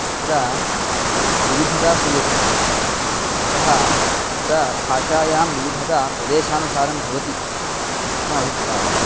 तत्र विविधता श्रूयते अतः तत्र भाषायां विविधता प्रदेशानुसारं भवति इति मम अभिप्रायः